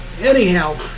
anyhow